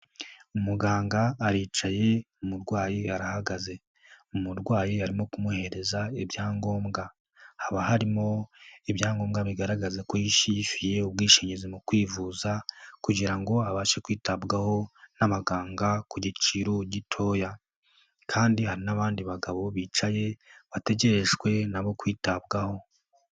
Umuganga aricaye umurwayi arahagaze, umurwayi arimo kumuhereza ibyangombwa, haba harimo ibyangombwa bigaragaza ko yishyuye ubwishingizi mu kwivuza kugira ngo abashe kwitabwaho n'abaganga ku giciro gitoya, kandi hari n'abandi bagabo bicaye bategerejwe nabo kwitabwaho.